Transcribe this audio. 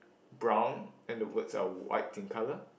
brown and the words are white in colour